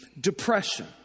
depression